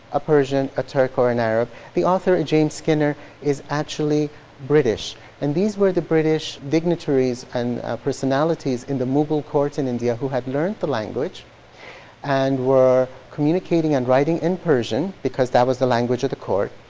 a persian, a turk, or an arab. the author, james skinner is actually british and these were the british dignitaries and personalities in the mughal court in india who had learned the language and were communicating and writing in persian because that was the language of the court,